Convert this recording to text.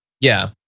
yeah,